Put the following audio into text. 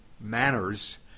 manners